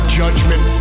judgment